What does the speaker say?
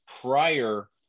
prior